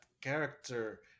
character